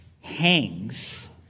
hangs